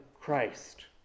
Christ